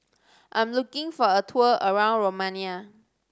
I'm looking for a tour around Romania